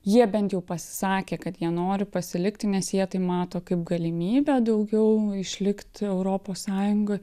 jie bent jau pasisakė kad jie nori pasilikti nes jie tai mato kaip galimybę daugiau išlikt europos sąjungoj